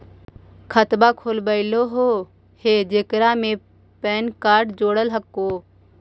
खातवा खोलवैलहो हे जेकरा मे पैन कार्ड जोड़ल हको?